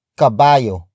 kabayo